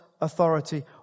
authority